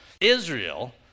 Israel